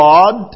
God